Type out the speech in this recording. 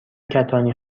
کتانی